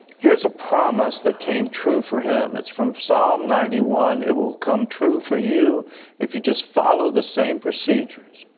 here's a promise that came true for him. it's from psalm ninety one. it will come true for you if you just follow the same procedures.